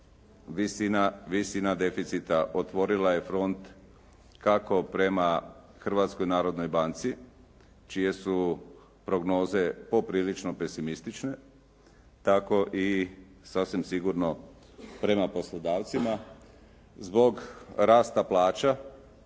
visina deficita otvorila je front kako prema Hrvatskoj narodnoj banci čije su prognoze poprilično pesimistične, tako i sasvim sigurno prema poslodavcima zbog rasta plaća